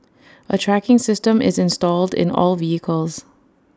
A tracking system is installed in all vehicles